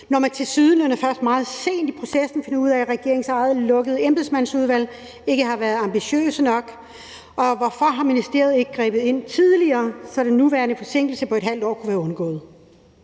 først meget sent i processen finder ud af, at regeringens eget lukkede embedsmandsudvalg ikke har været ambitiøse nok, og hvorfor har ministeriet ikke grebet ind tidligere, så den nuværende forsinkelse på et halvt år kunne være undgået?«